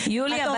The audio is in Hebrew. יוליה,